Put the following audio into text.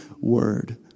word